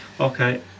okay